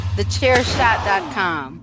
Thechairshot.com